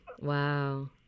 Wow